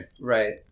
Right